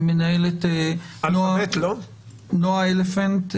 נועה אלפנט,